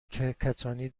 کتانی